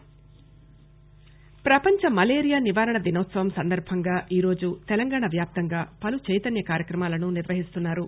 వరల్గ్ malaria day ప్రపంచ మలేరియా నివారణ దినోత్సవం సందర్బంగా ఈరోజు తెలంగాణ వ్యాప్తంగా పలు చైతన్య కార్యక్రమాలను నిర్వహిస్తున్నారు